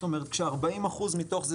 זאת אומרת ש-40% מתוך זה,